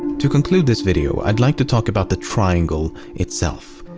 to conclude this video i'd like to talk about the triangle itself.